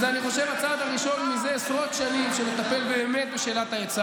אני חושב שזה הצעד הראשון זה עשרות שנים שמטפל באמת בשאלת ההיצע